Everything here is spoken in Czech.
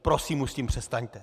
Prosím, už s tím přestaňte!